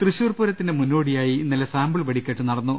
തൃശൂർ പൂരത്തിന്റെ മുന്നോടിയായി ഇന്നലെ സാമ്പിൾ വെടിക്കെട്ട് നടന്നു